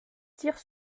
tire